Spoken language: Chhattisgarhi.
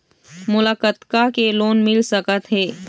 मोला कतका के लोन मिल सकत हे?